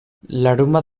larunbat